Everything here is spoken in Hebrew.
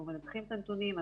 אנחנו מנתחים את הנתונים,